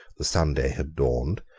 the sunday had dawned,